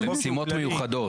למשימות מיוחדות.